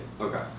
Okay